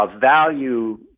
value